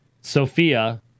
Sophia